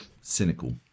cynical